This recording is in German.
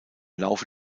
laufe